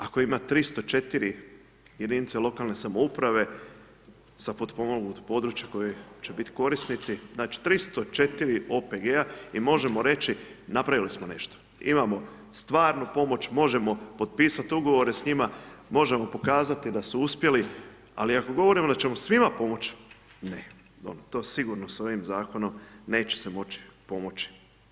Ako ima 304 jedinice lokalne samouprave, sa potpomognutih područja, koje će biti korisnici, znači 304 OPG-a i možemo reći, napravili smo nešto, imamo stvarnu pomoć, možemo potpisati ugovore s njima, možemo pokazati da su su uspjeli, ali ako govorimo da ćemo svima pomoći, ne, to sigurno s ovim zakonom neće se moći pomoći.